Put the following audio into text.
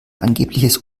angebliches